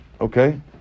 Okay